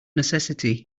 necessity